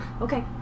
Okay